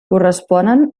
corresponen